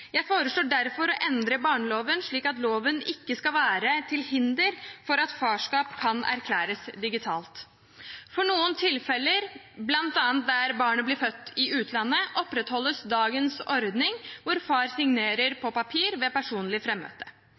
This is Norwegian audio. Jeg foreslår derfor å endre barneloven slik at loven ikke skal være til hinder for at farskap kan erklæres digitalt. For noen tilfeller, bl.a. der barnet blir født i utlandet, opprettholdes dagens ordning, hvor far signerer på papir ved personlig